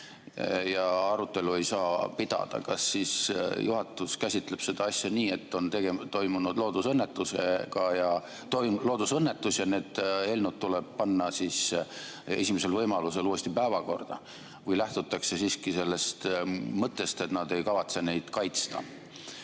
ja arutelu ei saa pidada, kas siis juhatus käsitleb seda asja nii, et on toimunud loodusõnnetus ja need eelnõud tuleb panna esimesel võimalusel uuesti päevakorda, või lähtutakse siiski sellest mõttest, et nad ei kavatse neid kaitsta,